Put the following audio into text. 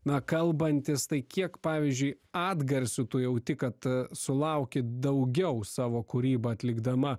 na kalbantis tai kiek pavyzdžiui atgarsių tu jauti kad sulauki daugiau savo kūrybą atlikdama